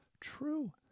true